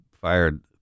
fired